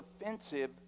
offensive